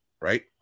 Right